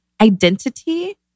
identity